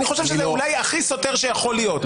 אני חושב שזה אולי הכי סותר שיכול להיות.